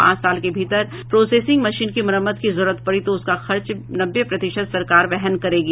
पांच साल के भीतर प्रोसेसिंग मशीन की मरम्मत की जरूरत पड़ी तो उसका भी खर्च का नब्बे प्रतिशत सरकार वहन करेंगी